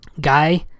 Guy